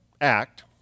act